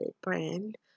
brand